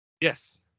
yes